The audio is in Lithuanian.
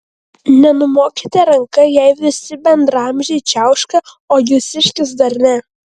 nenumokite ranka jei visi bendraamžiai čiauška o jūsiškis dar ne